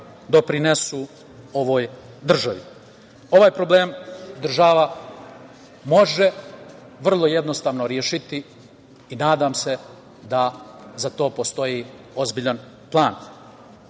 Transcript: doprinesu ovoj državi. Ovaj problem država može vrlo jednostavno rešiti i nadam se da za to postoji ozbiljan